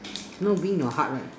no win your heart right